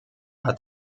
hat